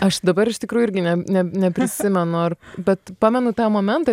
aš dabar iš tikrųjų irgi ne ne neprisimenu ar bet pamenu tą momentą